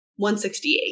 168